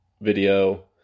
video